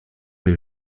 les